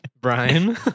Brian